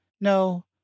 No